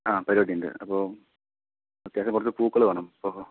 ആ പരിപാടി ഉണ്ട് അപ്പോൾ അത്യാവശ്യം കുറച്ച് പൂക്കള് വേണം അപ്പോൾ